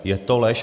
Je to lež.